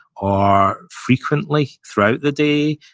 or frequently throughout the day,